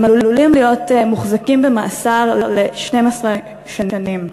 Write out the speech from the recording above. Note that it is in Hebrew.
הם עלולים להיות מוחזקים במאסר 12 שנים.